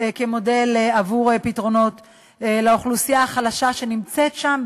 כמודל עבור פתרונות לאוכלוסייה החלשה שנמצאת שם,